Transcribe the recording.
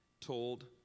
told